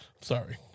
Sorry